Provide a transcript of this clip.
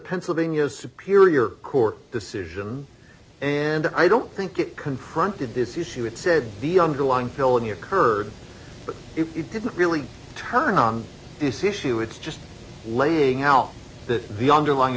pennsylvania superior court decision and i don't think it confronted this issue it said the underlying felony occurred but it didn't really turn on this issue it's just laying out that the underlying